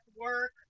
work